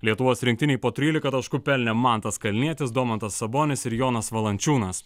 lietuvos rinktinei po trylika taškų pelnė mantas kalnietis domantas sabonis ir jonas valančiūnas